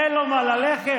אין לו מה ללכת.